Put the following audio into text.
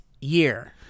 year